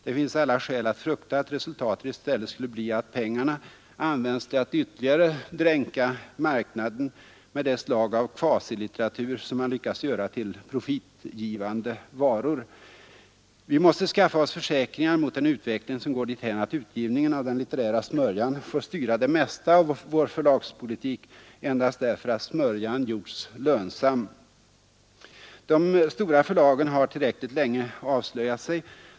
Det finns alla skäl att frukta att resultatet i stället skulle bli att pengarna användes till att ytterligare dränka marknaden med det slag av kvasilitteratur som man lyckats göra till profitgivande varor. Vi måste skaffa oss försäkringar mot en utveckling som går dithän att utgivningen av den litterära smörjan får styra det mesta av vår förlagspolitik endast därför att smörjan gjorts lönsam. De stora förlagen har tillräckligt länge avslöjat sig.